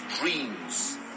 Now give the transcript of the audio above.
dreams